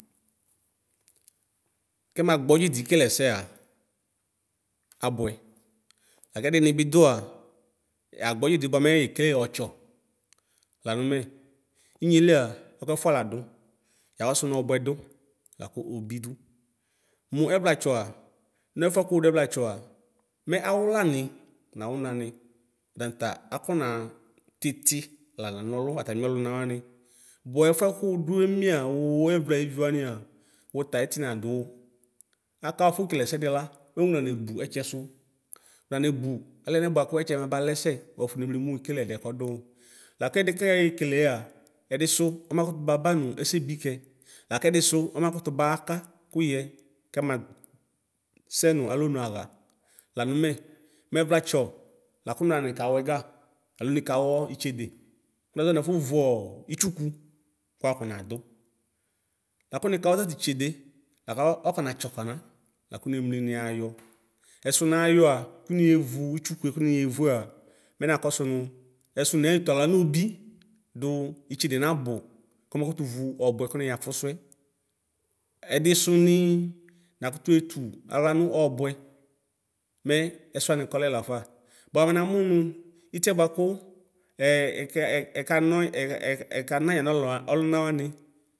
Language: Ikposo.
Kɛma gbɔdzidi kele ɛsɛa abʋɛ lakʋ ɛdini bi dʋa yagbodzidi bʋamɛ yekele ɔtsa lanʋ mɛ inyelia ɛkʋ ɛfʋa yadʋ yakɔsʋ ɔbʋɛdʋ lakʋ obidʋ mʋ ɛvlatsɔa nɛfʋɛ kʋ wʋdʋɛwlatsɔa mɛ awʋ lani nawʋ nani tanta akɔna titi la nɔlʋ atami ɔlʋna wani bʋɛfʋ kʋwʋdʋ emiea wʋ emie ayevi wania wʋta iti nadʋ wʋ aka wafɔ kele ɛsɛdi la mɛ wʋnanebʋ etsesʋ wʋna nebʋ alɛ ɛtsɛ mabalɛ sɛ bʋaf nemli mʋ wekele ɛdiɛ kɔdʋ wʋ lakɛdi kɛye kelea ɛdisʋ ɔmakʋtʋ babanʋ ɛsɛbi kɛ lakɛdisʋ ɔmakʋtʋ bʋaka yɛ kɛma sɛnʋ alɔnʋ axa lanʋ mɛ mʋɛvlatsɔ lakʋ nɔla nika wɛza alo nikawɔ itsede kʋnazɔ nʋ nafɔvʋɔ itsʋkʋ bʋakʋ nadʋ lakʋ nikawɔ tatitsede lakʋ ɔnakɔ natsɔ kana lakʋ nemli nʋ niyayɔ ɛsʋ nayɔa kʋnevʋ itsʋkʋe kʋ niyevʋa mɛ nakɔsʋ nʋ ɛsʋ netʋ aɣla nʋ obi dʋ itsede nabʋ kɔmakʋtʋ vʋ ɔbʋɛ mɛ ɛsɛwani kɔlɛ lafa bʋa namʋ nʋ itiɛ bʋakʋ ɛkanɔ ɛkana yanʋ ɔlʋna wani.